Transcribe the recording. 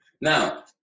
Now